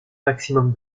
maximum